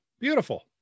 Beautiful